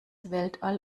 weltall